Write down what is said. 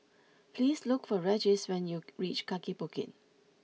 please look for Regis when you reach Kaki Bukit